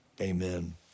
amen